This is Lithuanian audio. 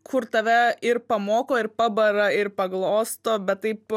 kur tave ir pamoko ir pabara ir paglosto bet taip